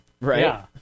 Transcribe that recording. right